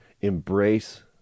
embrace